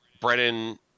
brennan